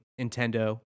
Nintendo